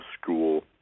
school